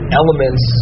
elements